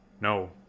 No